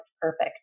perfect